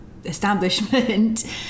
establishment